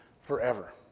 forever